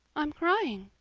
i'm crying,